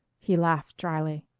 he laughed dryly.